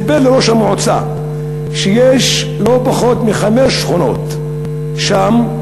מספר לי ראש המועצה שיש לא פחות מחמש שכונות שם,